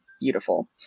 beautiful